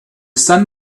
sun